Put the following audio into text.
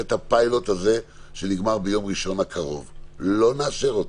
ברוב הישובים,